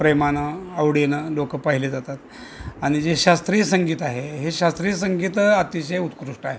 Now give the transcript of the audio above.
प्रेमानं आवडीनं लोकं पाहिले जातात आनि जे शास्त्रीय संगीत आहे हे शास्त्रीय संगीत अतिशय उत्कृष्ट आहे